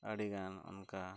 ᱟᱹᱰᱤᱜᱟᱱ ᱚᱱᱠᱟ